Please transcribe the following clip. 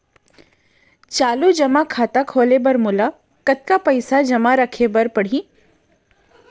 चालू जेमा खाता खोले बर मोला कतना पइसा जेमा रखे रहे बर पड़ही?